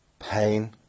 Pain